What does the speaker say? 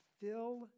fill